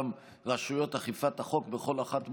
גם רשויות אכיפת החוק בכל המדינות,